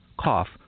cough